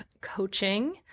coaching